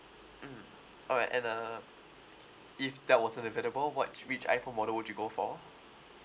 mm alright and uh if that was unavailable what which iPhone model would you go for